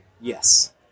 Yes